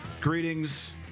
Greetings